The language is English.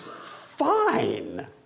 fine